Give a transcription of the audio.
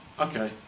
Okay